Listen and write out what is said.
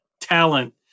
talent